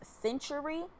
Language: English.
century